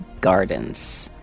Gardens